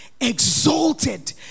exalted